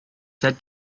said